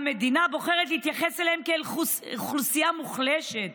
המדינה בוחרת להתייחס אליהם כאל אוכלוסייה מוחלשת